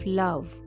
love